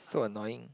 so annoying